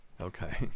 okay